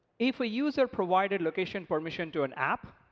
if a user provided location permission to an app,